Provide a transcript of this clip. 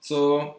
so